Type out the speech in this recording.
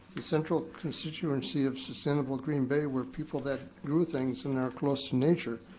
the central constituency of sustainable green bay were people that grew things and are close to nature,